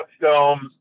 films